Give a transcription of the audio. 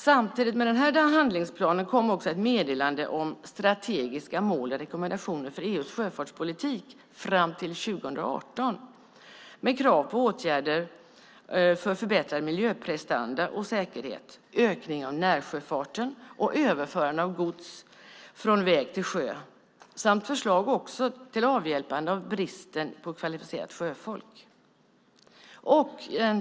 Samtidigt med denna handlingsplan kom också ett meddelande om strategiska mål och rekommendationer för EU:s sjöfartspolitik fram till 2018 med krav på åtgärder för förbättrad miljöprestanda och säkerhet, ökning av närsjöfarten och överförande av gods från väg till sjö samt förslag till avhjälpande av bristen på kvalificerat sjöfolk.